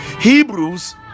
hebrews